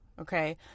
Okay